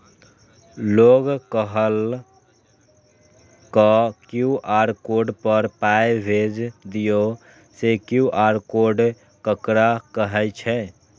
लोग कहलक QR code पर पाय भेज दियौ से क्यू.आर कोड ककरा कहै छै?